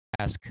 ask